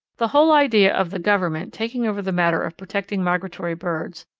the whole idea of the government taking over the matter of protecting migratory birds,